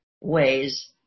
ways